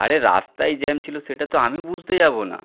আরে রাস্তায় জ্যাম ছিল সেটা তো আমি বুঝতে যাব না